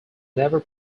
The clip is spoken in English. never